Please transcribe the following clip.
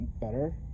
better